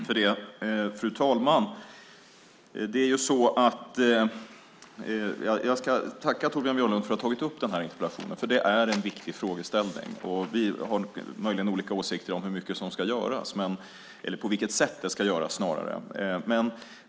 Fru talman! Jag ska tacka Torbjörn Björlund för att han har tagit upp frågan i interpellationen. Det är en viktig frågeställning. Vi har möjligen olika åsikter om hur mycket som ska göras eller snarare på vilket sätt det ska göras.